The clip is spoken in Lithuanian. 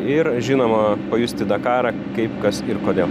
ir žinoma pajusti dakarą kaip kas ir kodėl